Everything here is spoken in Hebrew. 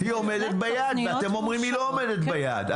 היא עומדת ביעד, ואתם אומרים היא לא עומדת ביעד.